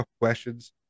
questions